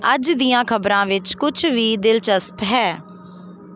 ਅੱਜ ਦੀਆਂ ਖਬਰਾਂ ਵਿੱਚ ਕੁਛ ਵੀ ਦਿਲਚਸਪ ਹੈ